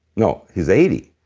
no, he's eighty.